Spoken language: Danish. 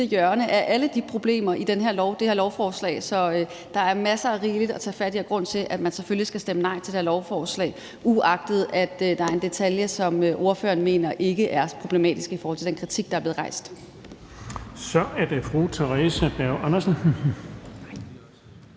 hjørne af alle de problemer, der er i det her lovforslag. Så der er masser og rigeligt at tage fat i og god grund til, at man selvfølgelig skal stemme nej til det her lovforslag, uagtet at der er en detalje, som ordføreren mener ikke er problematisk i forhold til den kritik, der er blevet rejst. Kl. 13:17 Den fg. formand